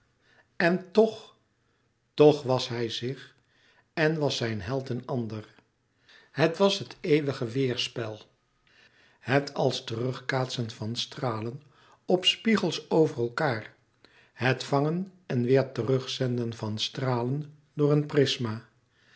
en toch toch was hij zich en was zijn held een ander het was het eeuwige weêrspel het als terugkaatsen van stralen op spiegels over elkaâr het vangen en weêr terugzenden van stralen door een prisma